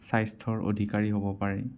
স্বাস্থ্যৰ অধিকাৰী হ'ব পাৰে